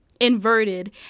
inverted